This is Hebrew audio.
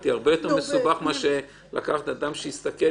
זה הרבה יותר מסובך מאשר לקחת אדם שיסתכל,